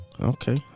Okay